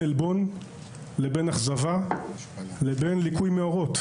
עלבון לבין אכזבה לבין ליקוי מאורות.